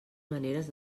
maneres